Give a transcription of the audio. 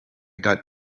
got